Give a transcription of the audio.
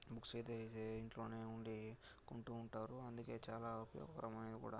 books అయితే easy ఇంటిలోనే ఉండి కొంటూ ఉంటారు అందుకే చాలా ఉపయోగకరమైనవి కూడా